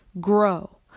grow